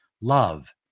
love